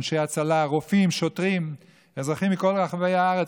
אנשי הצלה, רופאים, שוטרים, אזרחים מכל רחבי הארץ.